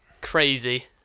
Crazy